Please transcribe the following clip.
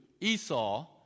Esau